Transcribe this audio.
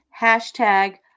hashtag